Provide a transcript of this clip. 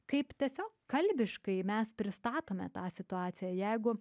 kaip tiesiog kalbiškai mes pristatome tą situaciją jeigu